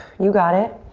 you got it.